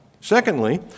Secondly